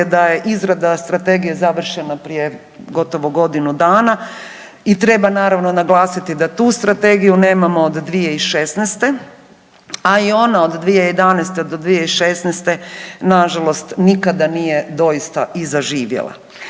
da je izrada strategije završena prije gotovo godinu dana i treba naravno, naglasiti da tu strategiju nemamo od 2016., a i ona 2011.-2016. nažalost nikada nije doista i zaživjela.